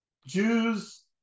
Jews